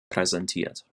präsentiert